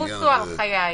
חוסו על חיי.